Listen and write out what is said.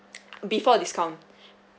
before discount